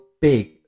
big